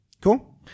Cool